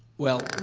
well,